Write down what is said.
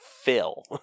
fill